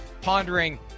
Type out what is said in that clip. pondering